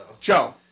Joe